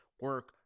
Work